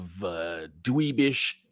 dweebish